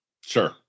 Sure